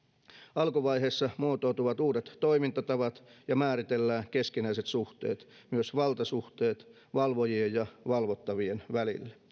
alkuvaiheessa muotoutuvat uudet toimintatavat ja määritellään keskinäiset suhteet myös valtasuhteet valvojien ja valvottavien välillä